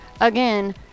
again